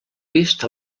vist